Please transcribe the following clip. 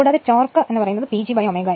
കൂടാതെ torque PGω S